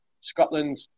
Scotland